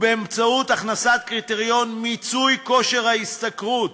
ובאמצעות הכנסת קריטריון מיצוי כושר ההשתכרות